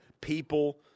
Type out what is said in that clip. people